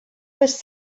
was